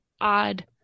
odd